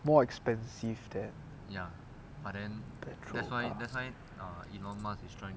more expensive than petrol car